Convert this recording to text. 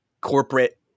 corporate